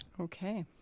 Okay